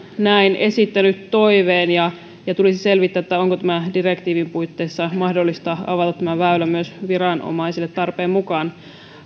näin esittänyt toiveen ja ja tulisi selvittää onko direktiivin puitteissa mahdollista avata tämä väylä myös viranomaisille tarpeen mukaan